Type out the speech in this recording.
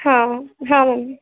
ہاں ہاں میم